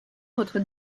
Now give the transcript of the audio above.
votre